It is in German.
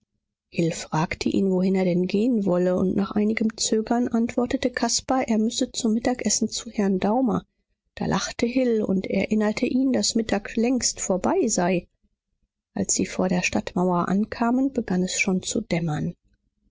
hill fragte ihn wohin er denn gehen wolle und nach einigem zögern antwortete caspar er müsse zum mittagessen zu herrn daumer da lachte hill und erinnerte ihn daß mittag längst vorbei sei als sie vor der stadtmauer ankamen begann es schon zu dämmern